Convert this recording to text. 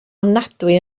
ofnadwy